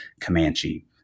Comanche